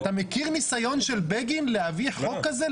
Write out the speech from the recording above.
אתה מכיר ניסיון של בגין להביא חוק כזה,